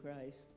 Christ